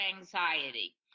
anxiety